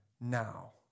now